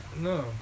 No